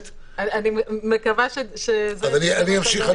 אמות מידה מקצועיות ובלתי תלויות הכוונה